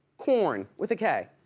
korn, with a k.